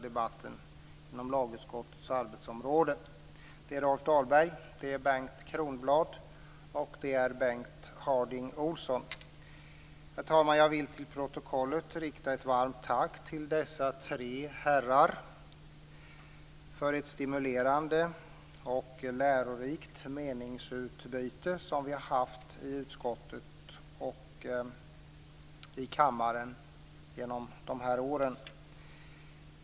Det är Rolf Dahlberg, Herr talman! Jag vill till protokollet rikta ett varmt tack till dessa tre herrar för det stimulerande och lärorika meningsutbyte som vi har haft i utskottet och i kammaren genom dessa år.